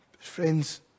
friends